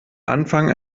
anfang